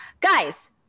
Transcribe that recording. Guys